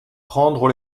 prendre